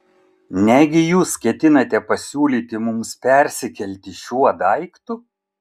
negi jūs ketinate pasiūlyti mums persikelti šiuo daiktu